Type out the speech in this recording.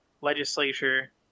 legislature